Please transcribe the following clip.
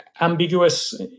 ambiguous